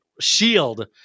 shield